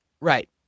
right